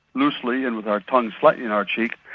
loosely and with our tongues slightly in our cheek,